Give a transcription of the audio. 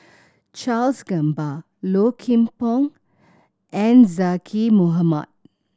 Charles Gamba Low Kim Pong and Zaqy Mohamad